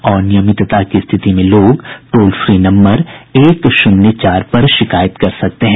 अनियमितता की स्थिति में लोग टोल फ्री नम्बर एक शून्य चार पर शिकायत कर सकते हैं